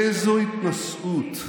איזו התנשאות.